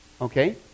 Okay